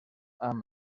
amb